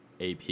AP